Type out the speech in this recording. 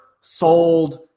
sold